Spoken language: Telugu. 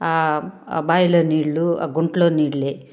బావిలో నీళ్ళు గుంటలో నీళ్ళు